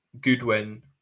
goodwin